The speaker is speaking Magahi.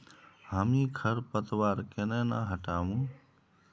हामी खरपतवार केन न हटामु